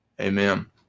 Amen